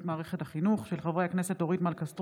בעקבות דיון מהיר בהצעתם של חברי הכנסת אורית סטרוק,